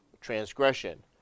transgression